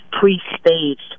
pre-staged